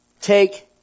take